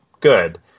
good